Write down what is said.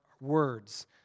words